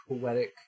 poetic